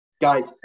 Guys